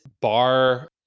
bar